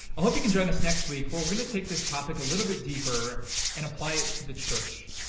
i hope you can join us next week where we're going to take this topic a little bit deeper and apply it to the church.